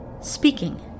speaking